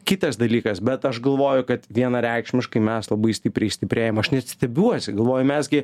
kitas dalykas bet aš galvoju kad vienareikšmiškai mes labai stipriai stiprėjam aš net stebiuosi galvoju mes gi